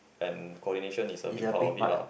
and coordination is a big part of it lah